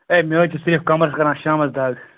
A مےٚ حظ چھُ صرِف کَمرَس کَران شامَس دَگ